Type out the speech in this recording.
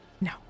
No